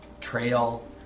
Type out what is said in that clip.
trail